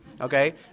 Okay